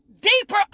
deeper